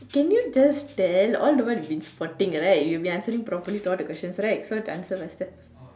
can you just tell all the while we've been sporting right you'll be answering properly to all the questions right so what's the answer faster